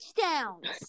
touchdowns